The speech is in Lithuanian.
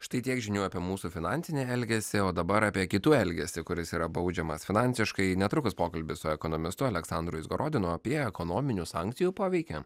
štai tiek žinių apie mūsų finansinį elgesį o dabar apie kitų elgesį kuris yra baudžiamas finansiškai netrukus pokalbis su ekonomistu aleksandru izgorodinu apie ekonominių sankcijų poveikį